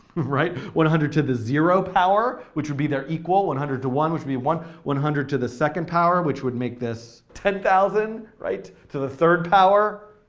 right? one hundred to the zero power, which would be their equal, one hundred to one, which would be one. one hundred to the second power, which would make this ten thousand, right, to the third power?